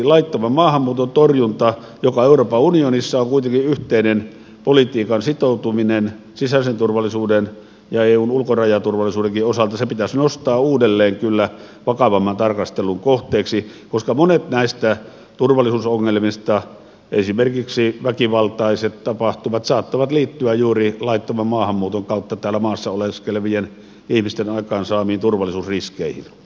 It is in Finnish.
laittoman maahanmuuton torjunta joka euroopan unionissa on kuitenkin yhteinen politiikan sitoutuminen sisäisen turvallisuuden ja eun ulkorajaturvallisuudenkin osalta pitäisi nostaa uudelleen kyllä vakavamman tarkastelun kohteeksi koska monet näistä turvallisuusongelmista esimerkiksi väkivaltaiset tapahtumat saattavat liittyä juuri laittoman maahanmuuton kautta täällä maassa oleskelevien ihmisten aikaansaamiin turvallisuusriskeihin